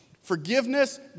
Forgiveness